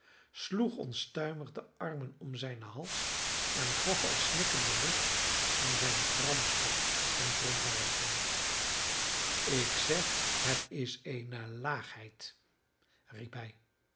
sloeg onstuimig de armen om zijnen hals en gaf al snikkende lucht aan zijne gramschap en verontwaardiging ik zeg het is eene laagheid riep hij